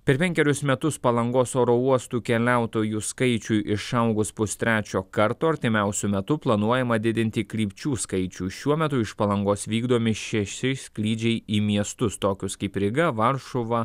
per penkerius metus palangos oro uostų keliautojų skaičiui išaugus pustrečio karto artimiausiu metu planuojama didinti krypčių skaičių šiuo metu iš palangos vykdomi šeši skrydžiai į miestus tokius kaip ryga varšuva